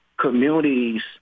communities